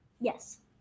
Yes